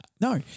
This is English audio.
No